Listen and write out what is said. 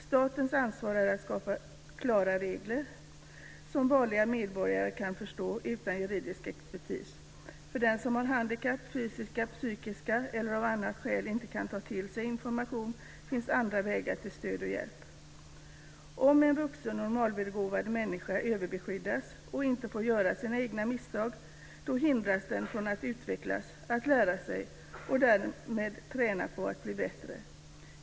Statens ansvar är att skapa klara regler som vanliga medborgare kan förstå utan juridisk expertis. För dem som har handikapp, fysiska eller psykiska, eller av andra skäl inte kan ta till sig information finns andra vägar till stöd och hjälp. Om en vuxen normalbegåvad människa överbeskyddas och inte får göra sina egna misstag hindras den från att utvecklas och lära sig och därmed även från att träna på att bli bättre.